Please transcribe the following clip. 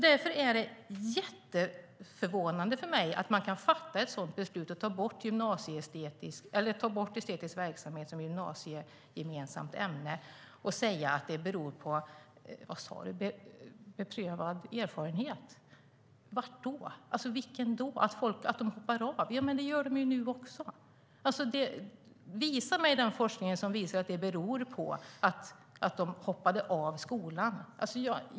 Därför är det jätteförvånande för mig att man kan fatta ett beslut om att ta bort estetisk verksamhet som gymnasiegemensamt ämne och säga att det beror på - vad sade du? - beprövad erfarenhet. Var då? Vilken då? De hoppar av. Ja, men det gör de nu också. Visa mig den forskning som visar att detta beror på att de hoppade av skolan!